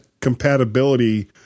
compatibility